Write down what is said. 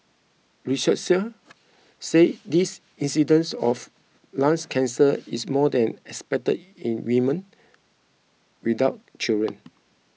researchers said this incidence of lungs cancer is more than expected in women without children